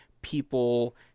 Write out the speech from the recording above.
people